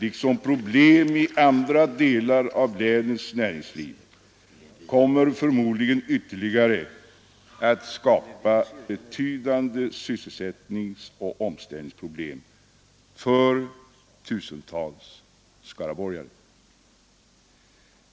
liksom svårigheter i andra delar av länets näringsliv, kommer förmodligen ytterligare att skapa betydande sysselsättningsoch omställningsproblem för tusentals skaraborgare.